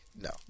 no